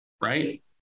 right